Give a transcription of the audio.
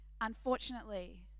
Unfortunately